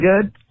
good